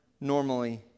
normally